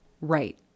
Right